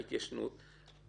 ההתיישנות,